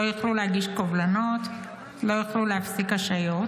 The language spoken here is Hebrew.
לא יוכלו להגיש קובלנות, לא יוכלו להפסיק השעיות.